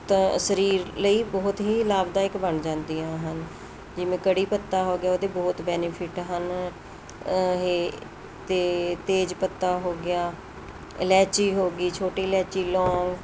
ਤਾਂ ਸਰੀਰ ਲਈ ਬਹੁਤ ਹੀ ਲਾਭਦਾਇਕ ਬਣ ਜਾਂਦੀਆਂ ਹਨ ਜਿਵੇਂ ਕੜ੍ਹੀ ਪੱਤਾ ਹੋ ਗਿਆ ਉਹਦੇ ਬਹੁਤ ਬੈਨੀਫਿਟ ਹਨ ਇਹ ਅਤੇ ਤੇਜ਼ ਪੱਤਾ ਹੋ ਗਿਆ ਇਲੈਚੀ ਹੋ ਗਈ ਛੋਟੀ ਇਲੈਚੀ ਲੌਂਗ